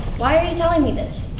why are you telling me this?